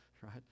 right